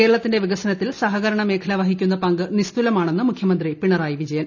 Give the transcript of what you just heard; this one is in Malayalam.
കേരളത്തിന്റെ വികസനത്തിൽ സഹകരണ മേഖല വഹിക്കുന്ന പങ്ക് നിസ്തൂലമാണെന്ന് മൂഖ്യമന്ത്രി പിണറായി വിജയൻ